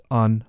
on